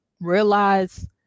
realize